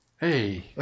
Hey